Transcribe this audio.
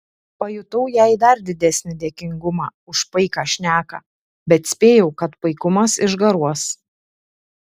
pajutau jai dar didesnį dėkingumą už paiką šneką bet spėjau kad paikumas išgaruos